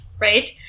right